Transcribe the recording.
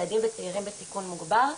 ילדים וצעירים בסיכון מוגבר,